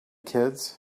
kids